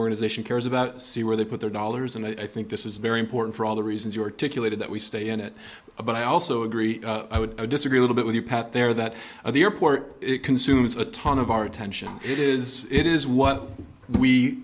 organization cares about see where they put their dollars and i think this is very important for all the reasons you articulated that we stay in it but i also agree i would disagree a little bit with you pat there that the airport it consumes a ton of our attention is it is what we